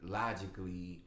logically